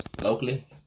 Locally